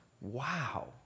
wow